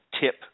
tip